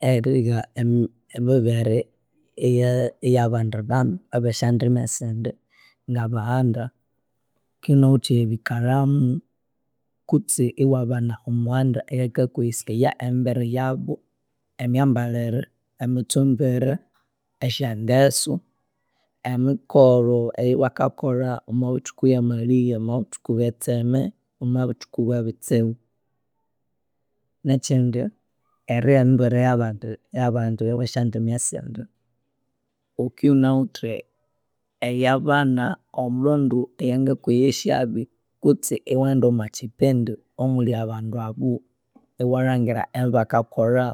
Erigha em- emibere eya- eyabandi bandu abesyandimi sindi ngabaghanda kinawithe erikalhamu kutsi iwabana omughanda ayakakwesaya embera yabu emyambalhire emitsumbire esyangeso, emikoro eyabakakolha omwabuthuku bwamalighe pmwabuthuku bwetseme, omwabuthuku bwebitsibu. Nekyindi erigha emibere yabandi abesyandimi esindi, wukiwunawithe eyabana omomundu ayanga kweghesyabu kutse iwaghenda omwakyipindi omuli abandu abu, iwalhangira ebyabakakolha